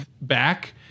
back